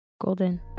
Golden